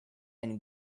and